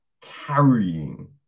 carrying